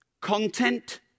Content